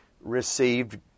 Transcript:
received